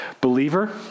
believer